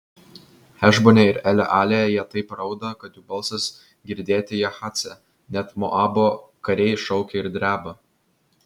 hešbone ir elealėje jie taip rauda kad jų balsas girdėti jahace net moabo kariai šaukia ir dreba